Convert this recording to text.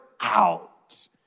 out